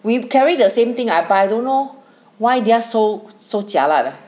we carry the same thing ah but I don't know why they're so so jialat ah